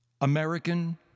American